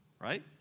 Right